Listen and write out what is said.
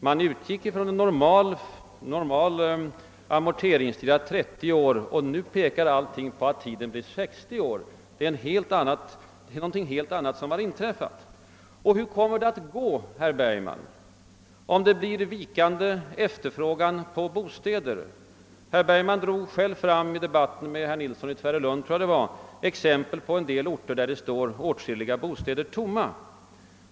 Man utgick från en normal amorteringstid på 30 år och nu pekar allting på att amorteringstiden blir 60 år. Hur kommer det att gå, herr Bergman, om det blir vikande efterfrågan på bostäder? Herr Bergman drog i debatten med herr Nilsson i Tvärålund själv fram exempel på orter där det står åtskilliga bostäder tomma.